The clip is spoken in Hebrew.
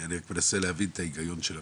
אני רק מנסה להבין את ההיגיון של המדינה,